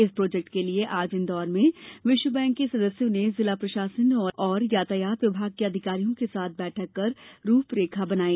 इस प्रोजेक्ट के लिये आज इंदौर में विश्व बैंक के सदस्यों ने जिला प्रशासन और यातायात विभाग के अधिकारियों के साथ बैठक कर रूपरेखा बनाई